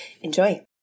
Enjoy